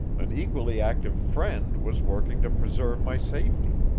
an equally active friend was working to preserve my safety.